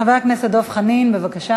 חבר הכנסת דב חנין, בבקשה.